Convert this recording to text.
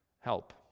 Help